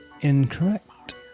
Incorrect